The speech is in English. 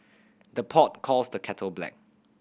the pot calls the kettle black